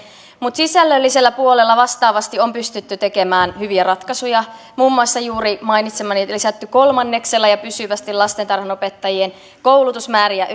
mutta sisällöllisellä puolella vastaavasti on pystytty tekemään hyviä ratkaisuja muun muassa juuri mainitsemani eli on lisätty kolmanneksella ja pysyvästi lastentarhanopettajien koulutusmääriä